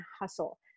Hustle